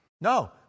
No